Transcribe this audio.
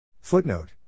Footnote